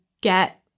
get